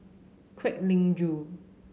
Kwek Leng Joo